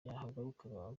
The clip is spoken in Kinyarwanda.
yahagurukaga